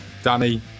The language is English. Danny